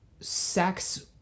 sex